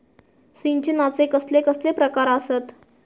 सिंचनाचे कसले कसले प्रकार आसत?